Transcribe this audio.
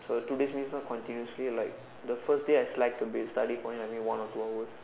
so two days means not continuously like the first day I slide to bed studying for I think maybe one or two hours